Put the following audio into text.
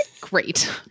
Great